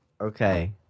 Okay